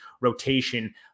rotation